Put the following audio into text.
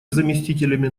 заместителями